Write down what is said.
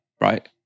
right